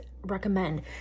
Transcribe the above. recommend